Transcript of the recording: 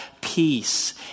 peace